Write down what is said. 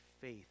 faith